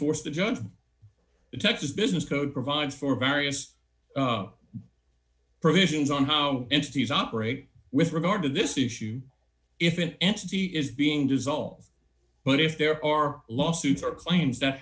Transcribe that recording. force the jones texas business code provides for various provisions on how interest is operate with regard to this issue if an entity is being dissolved but if there are lawsuits or claims that